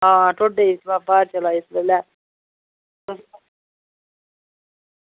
आं ढोड्डे दी ब्हार चला दी इस बेल्लै